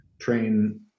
train